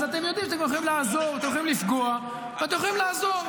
אז אתם יודעים שאתם יכולים לפגוע ואתם יכולים לעזור,